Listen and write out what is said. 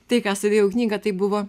tai ką sudėjau į knygą tai buvo